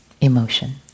emotion